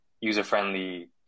user-friendly